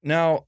Now